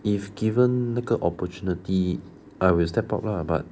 if given 那个 opportunity I will step up lah but